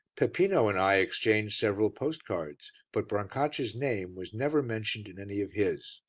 peppino and i exchanged several postcards, but brancaccia's name was never mentioned in any of his.